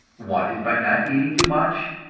one is by not eating too much,